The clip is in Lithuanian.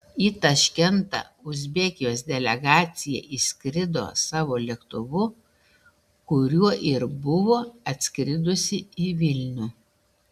į taškentą uzbekijos delegacija išskrido savo lėktuvu kuriuo ir buvo atskridusi į vilnių